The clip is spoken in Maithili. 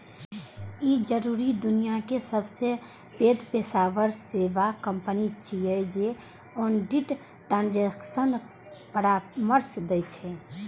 ई चारू दुनियाक सबसं पैघ पेशेवर सेवा कंपनी छियै जे ऑडिट, ट्रांजेक्शन परामर्श दै छै